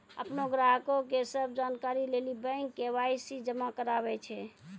अपनो ग्राहको के सभ जानकारी लेली बैंक के.वाई.सी जमा कराबै छै